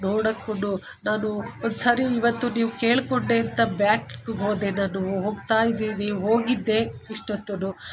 ನೋಡಕ್ಕು ನಾನು ಒಂದ್ಸರಿ ಇವತ್ತು ನೀವು ಕೇಳಿಕೊಂಡೆ ಅಂತ ಬ್ಯಾಕ್ಗೆ ಹೋದೆ ನಾನು ಹೋಗ್ತಾ ಇದ್ದೀನಿ ಹೋಗಿದ್ದೆ ಇಷ್ಟೊತ್ತು